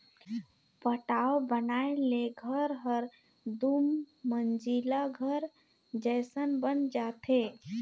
पटाव बनाए ले घर हर दुमंजिला घर जयसन बन जाथे